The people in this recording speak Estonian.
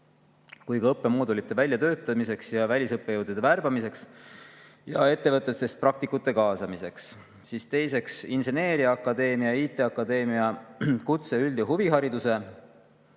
õppemoodulite väljatöötamiseks, välisõppejõudude värbamiseks ja ettevõtetest praktikute kaasamiseks. Teiseks, inseneriakadeemia ja IT-akadeemia kutse-, üld- ja huvihariduse